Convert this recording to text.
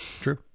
True